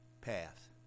path